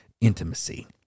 intimacy